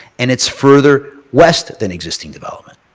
and it's further west than existing development.